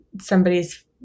somebody's